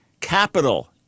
capital